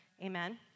Amen